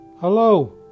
Hello